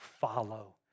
follow